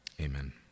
Amen